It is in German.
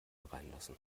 hereinlassen